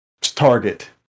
Target